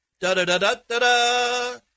Da-da-da-da-da-da